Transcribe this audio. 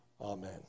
Amen